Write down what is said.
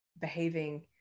behaving